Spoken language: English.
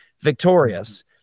victorious